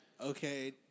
okay